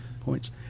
points